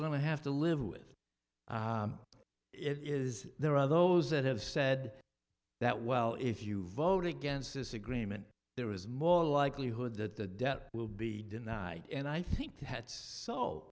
to have to live with it is there are those that have said that well if you vote against this agreement there is more likelihood that the debt will be denied and i think